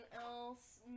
else